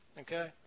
okay